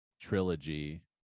trilogy